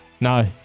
No